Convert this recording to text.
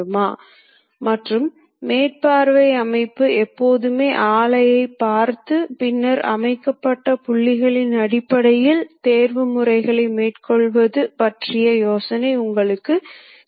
மறுபுறம் முழுமையான அமைப்பைப் பயன்படுத்தும் போது இயந்திரத்தின் ஒருங்கிணைப்பு இடத்தில் நாம் கருதுகிற நிலையான தோற்றத்திலிருந்து அதைச் செய்யலாம்